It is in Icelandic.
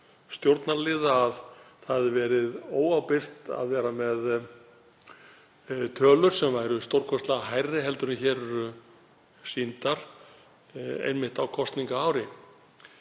stjórnarliða að það hefði verið óábyrgt að vera með tölur sem væru stórkostlega hærri en hér eru sýndar einmitt á kosningaári.